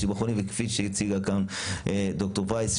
כפי שהציגה ד"ר פרייס,